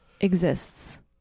exists